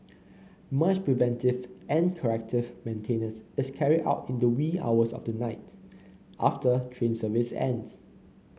much preventive and corrective maintenance is carried out in the wee hours of the night after train service ends